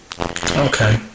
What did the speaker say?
Okay